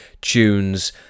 tunes